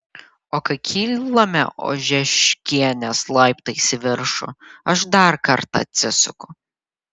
o kai kylame ožeškienės laiptais į viršų aš dar kartą atsisuku